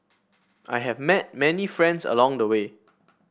I have met many friends along the way